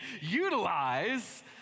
utilize